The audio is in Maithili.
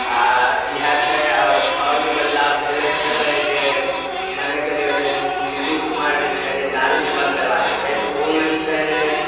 आओर इएह छै आओर आओर जे बदलाव भेलै छलै जे मानिके चलिऔ जे नितीश कुमार जे छै दारू जे बन्द करबा देलकै तऽ ओहोमे छै जे